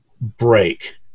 break